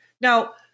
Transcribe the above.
Now